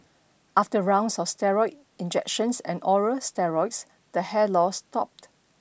after rounds of steroid injections and oral steroids the hair loss stopped